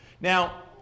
now